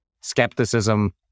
skepticism